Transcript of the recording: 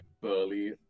burly